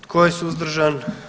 Tko je suzdržan?